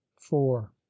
four